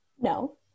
No